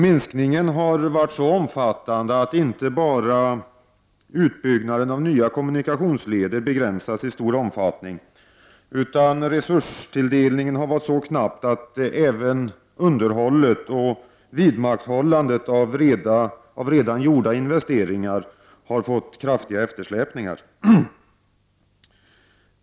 Minskningen har varit så omfattande att inte bara utbyggnaden av nya kommunikationsleder begränsats i stor omfattning, utan resurstilldelningen har varit så knapp att även underhållet och vidmakthållandet av redan gjorda investeringar har kraftiga eftersläpningar.